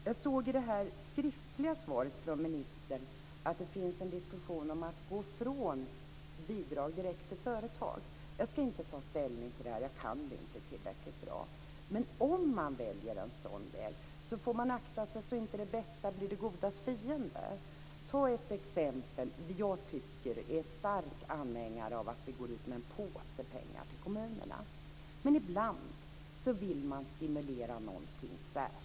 Jag såg i statsrådets svar att det finns en diskussion om att gå från bidrag direkt till företag. Jag ska inte ta ställning till detta. Jag kan det inte tillräckligt bra. Men om man väljer en sådan väg får man akta sig så att det bästa inte blir det godas fiende. Jag ska ta ett exempel. Jag är stark anhängare av att vi går ut med en påse pengar till kommunerna. Men ibland vill man stimulera någonting särskilt.